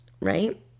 right